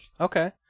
Okay